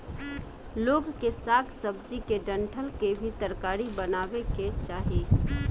लोग के साग सब्जी के डंठल के भी तरकारी बनावे के चाही